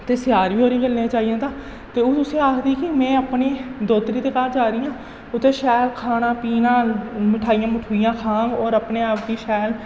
ते सियार बी ओह्दी गल्लें च आई जंदा ते हून उसी आखदी कि में अपनी दोह्तरी दे घर जा दी आं उत्थै शैल खाना पीना मठाइयां मुठाइयां खाह्ङ होर अपने आप गी शैल